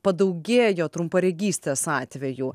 padaugėjo trumparegystės atvejų